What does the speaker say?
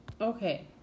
Okay